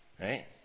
Right